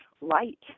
Light